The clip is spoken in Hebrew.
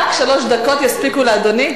רק שלוש דקות יספיקו לאדוני?